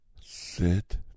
Sit